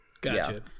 Gotcha